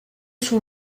sont